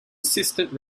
assistant